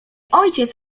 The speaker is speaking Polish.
ojciec